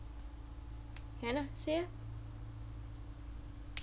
can ah say ah